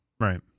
Right